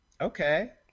okay